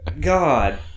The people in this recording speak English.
God